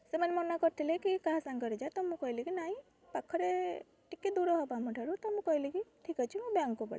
ସେମାନେ ମନା କରୁଥିଲେ କି କାହା ସାଙ୍ଗରେ ଯା ତ ମୁଁ କହିଲି କି ନାହିଁ ପାଖରେ ଟିକେ ଦୂର ହବ ଆମ ଠାରୁ ତ ମୁଁ କହିଲି କି ଠିକ୍ ଅଛି ମୁଁ ବ୍ୟାଙ୍କକୁ ପଳାଇବି